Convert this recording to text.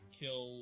kill